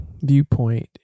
viewpoint